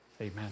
Amen